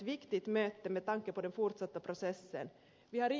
vi har ingen tid att förlora